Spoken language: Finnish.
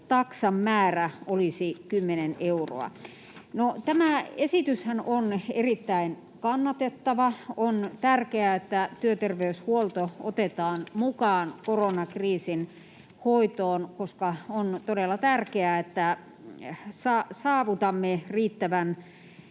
määrä olisi 10 euroa. No, tämä esityshän on erittäin kannatettava. On tärkeää, että työterveyshuolto otetaan mukaan koronakriisin hoitoon, koska on todella tärkeää, että saavutamme riittävän